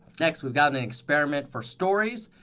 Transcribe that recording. next, we've got an experiment for stories.